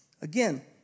Again